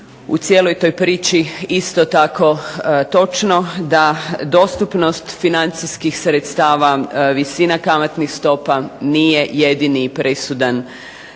u cijeloj toj priči isto tako točno da dostupnost financijskih sredstava, visina kamatnih stopa nije jedini presudan